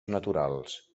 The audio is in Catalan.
naturals